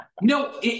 No